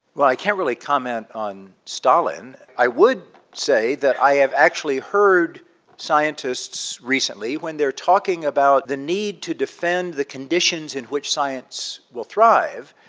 well, i can't really comment on stalin. i would say that i have actually heard scientists recently when they are talking about the need to defend the conditions in which science will thrive,